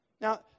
Now